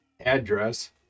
address